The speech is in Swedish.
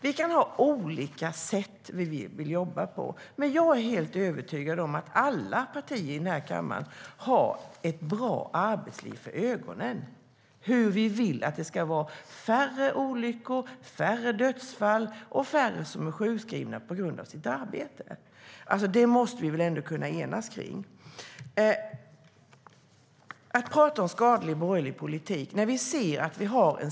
Vi kan ha olika sätt som vi vill jobba på, men jag är helt övertygad om att alla partier i kammaren har ett bra arbetsliv för ögonen, vill att det ska vara färre olyckor, färre dödsfall och färre som är sjukskrivna på grund av sitt arbete. Det måste vi väl ändå kunna enas om. Skadlig borgerlig politik?